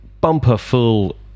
bumper-full